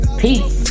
peace